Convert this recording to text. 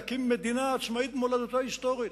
להקים מדינה עצמאית במולדתו ההיסטורית.